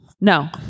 No